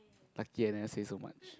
lucky I never say so much